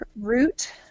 root